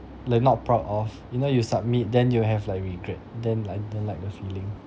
like not proud of you know you submit then you have like regret then I don't like the feeling